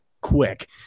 quick